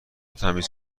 تمیز